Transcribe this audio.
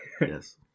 Yes